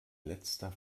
letzter